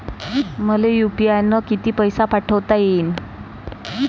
मले यू.पी.आय न किती पैसा पाठवता येईन?